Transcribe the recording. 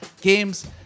game's